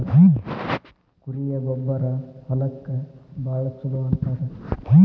ಕುರಿಯ ಗೊಬ್ಬರಾ ಹೊಲಕ್ಕ ಭಾಳ ಚುಲೊ ಅಂತಾರ